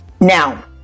Now